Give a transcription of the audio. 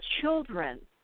children